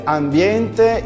ambiente